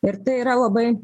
ir tai yra labai